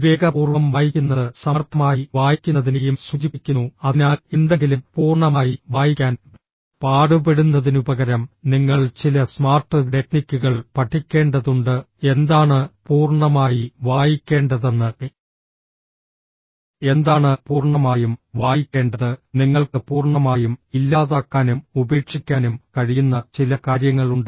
വിവേകപൂർവ്വം വായിക്കുന്നത് സമർത്ഥമായി വായിക്കുന്നതിനെയും സൂചിപ്പിക്കുന്നു അതിനാൽ എന്തെങ്കിലും പൂർണ്ണമായി വായിക്കാൻ പാടുപെടുന്നതിനുപകരം നിങ്ങൾ ചില സ്മാർട്ട് ടെക്നിക്കുകൾ പഠിക്കേണ്ടതുണ്ട് എന്താണ് പൂർണ്ണമായി വായിക്കേണ്ടതെന്ന് എന്താണ് പൂർണ്ണമായും വായിക്കേണ്ടത് നിങ്ങൾക്ക് പൂർണ്ണമായും ഇല്ലാതാക്കാനും ഉപേക്ഷിക്കാനും കഴിയുന്ന ചില കാര്യങ്ങളുണ്ട്